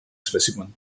specimen